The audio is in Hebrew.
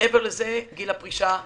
מעבר לזה גיל הפרישה קבע.